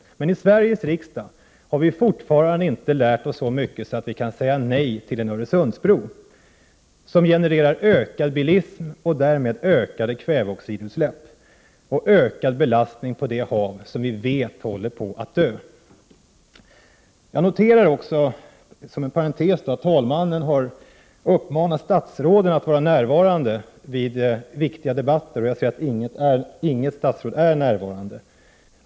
Men i Sveriges riksdag har vi fortfarande inte lärt oss så mycket att vi kan säga nej till en Öresundsbro, som genererar ökad bilism och därmed ökade kväveoxidutsläpp liksom ökad belastning på det hav som vi vet håller på att dö. Jag noterar också, som en parentes, att talmannen har uppmanat 125 statsråden att vara närvarande vid viktiga debatter. Jag ser att inget statsråd är närvarande.